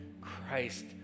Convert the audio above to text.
Christ